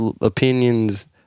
opinions